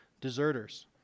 deserters